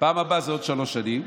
הפעם הבאה זה עוד שלוש שנים,